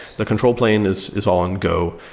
the control plane is is all on go.